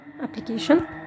application